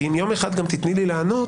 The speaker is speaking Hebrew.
ואם יום אחד את גם תתני לי לענות,